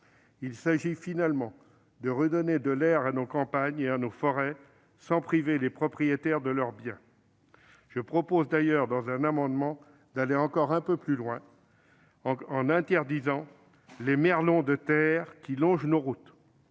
Il s'agit finalement de redonner de l'air à nos campagnes et à nos forêts, sans priver les propriétaires de leur bien. Je proposerai d'ailleurs, par voie d'amendement, d'aller encore un peu plus loin en interdisant les merlons de terre longeant nos routes.